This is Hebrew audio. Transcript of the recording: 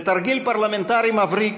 בתרגיל פרלמנטרי מבריק,